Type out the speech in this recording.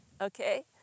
Okay